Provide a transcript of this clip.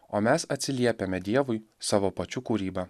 o mes atsiliepiame dievui savo pačių kūryba